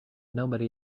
nobody